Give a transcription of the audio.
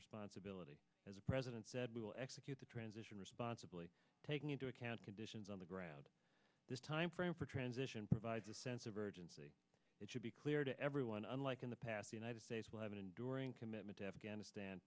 responsibility as a president said we will execute the transition responsibly taking into account conditions on the ground this time frame for transition provides a sense of urgency it should be clear to everyone unlike in the past the united states will have an enduring commitment to afghanistan